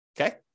Okay